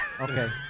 Okay